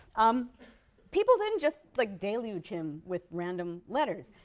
um people didn't just like deluge him with random letters.